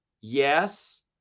yes